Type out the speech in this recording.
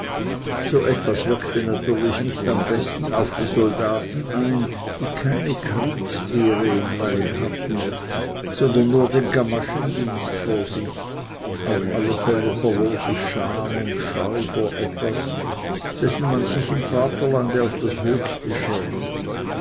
so etwas wirkte natürlich nicht am besten auf die soldaten ein die keine kriegsehre im leibe hatten sondern nur den kamaschendienst vor sich auf alle fälle verlor sich scham und scheu vor etwas dessen man sich im vaterlande auf das höchste schämt